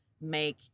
make